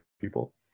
people